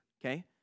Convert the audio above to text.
okay